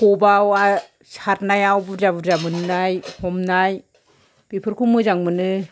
ख'बायाव हाय सारनायाव बुरजा बुरजा मोननाय हमनाय बेफोरखौ मोजां मोनो